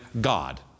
God